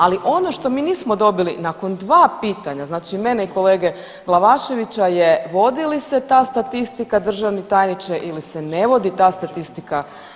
Ali ono što mi nismo dobili nakon dva pitanja, znači mene i kolege Glavaševića je vodi li se ta statistika državni tajniče ili se ne vodi ta statistika.